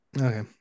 Okay